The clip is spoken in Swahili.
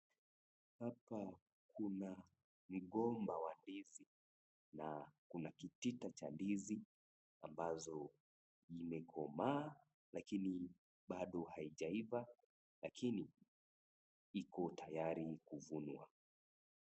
Hapa kuna mgomba wa ndizi na kuna kitita cha ndizi, ambazo imekomaa, lakini bado haijaiva, lakini iko tayari kuvunwa.